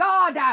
God